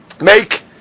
make